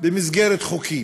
במסגרת חוקית?